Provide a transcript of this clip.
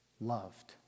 loved